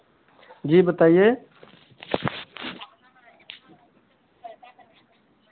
जी बताइए